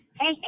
Hey